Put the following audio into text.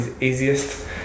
easiest